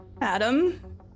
Adam